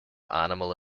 animal